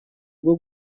bwo